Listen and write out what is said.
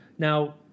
Now